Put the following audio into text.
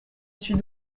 suis